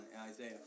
Isaiah